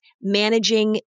managing